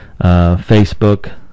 Facebook